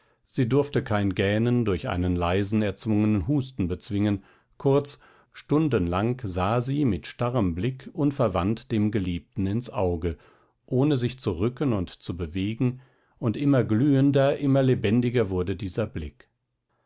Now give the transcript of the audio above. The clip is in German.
sie durfte kein gähnen durch einen leisen erzwungenen husten bezwingen kurz stundenlang sah sie mit starrem blick unverwandt dem geliebten ins auge ohne sich zu rücken und zu bewegen und immer glühender immer lebendiger wurde dieser blick